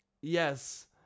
Yes